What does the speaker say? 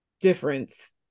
difference